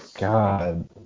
God